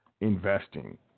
investing